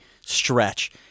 stretch